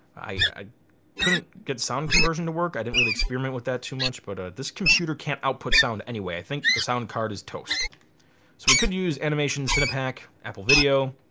i couldn't get sound conversion to work. i didn't really experiment with that too much but this computer can't output sound anyway. i think the sound card is toast. so we could use animation cinepak, apple video,